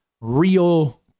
real